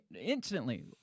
instantly